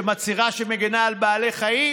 שמצהירה על כך שמגינה על בעלי חיים.